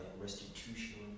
restitution